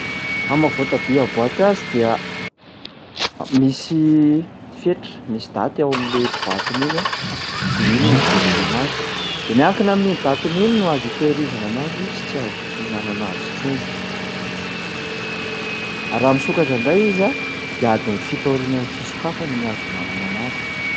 Am'maha-voatabia amin'ny boaty azy dia misy fetra, misy daty ao am'le boatiny iny a de iny no hijerena anazy, de miankina amin'iny datiny iny no azo hitehirizana anazy sy tsy azo hihinanana azy intsony. Raha misokatra indray izy a, de adiny fito ao arianan'ny fisokafany ny azo hihinanana anazy.